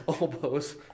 elbows